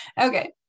okay